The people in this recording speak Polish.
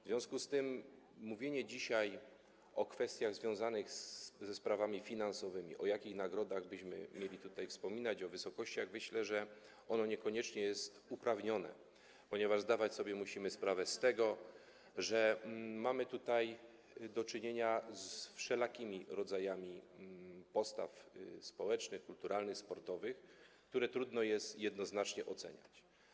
W związku z tym myślę, że mówienie dzisiaj o kwestiach łączących się ze sprawami finansowymi, o tym, o jakich nagrodach byśmy mieli tutaj wspominać, w jakich wysokościach, niekoniecznie jest uprawnione, ponieważ zdawać sobie musimy sprawę z tego, że mamy tutaj do czynienia z wszelakimi rodzajami postaw społecznych, kulturalnych, sportowych, które trudno jest jednoznacznie oceniać.